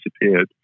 disappeared